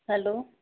hello